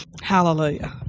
Hallelujah